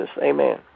Amen